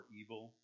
evil